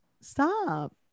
stop